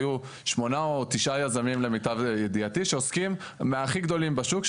היו שמונה או תשעה יזמים למיטב ידיעתי מהכי גדולים בשוק,